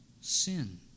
sin